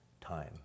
time